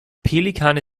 pelikane